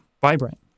vibrant